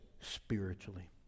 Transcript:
spiritually